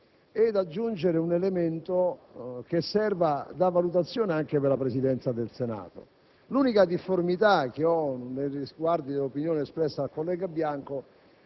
aggiungendo un elemento che serva da valutazione anche per la Presidenza del Senato. L'unica difformità che ho nei riguardi dell'opinione espressa dal collega Bianco